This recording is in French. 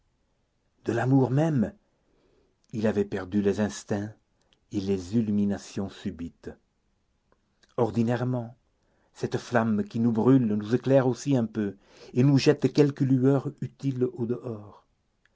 de l'amour même il avait perdu les instincts et les illuminations subites ordinairement cette flamme qui nous brûle nous éclaire aussi un peu et nous jette quelque lueur utile au dehors